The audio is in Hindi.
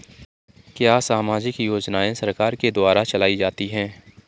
क्या सामाजिक योजनाएँ सरकार के द्वारा चलाई जाती हैं?